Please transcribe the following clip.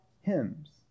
hymns